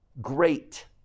great